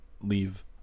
Leave